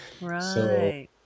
Right